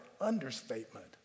understatement